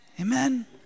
Amen